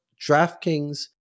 DraftKings